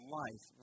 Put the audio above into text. life